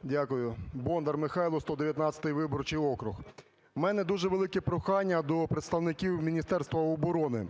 БОНДАР М.Л. Дякую. Бондар Михайло, 119 виборчий округ. У мене дуже велике прохання до представників Міністерства оборони.